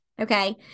okay